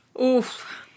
Oof